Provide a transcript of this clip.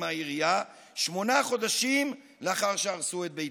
מהעירייה שמונה חודשים לאחר שהרסו את ביתה.